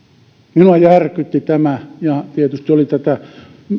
minua järkytti tämä ja tietysti tätä